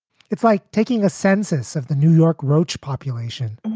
it's like taking a census of the new york roache population